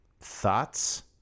Thoughts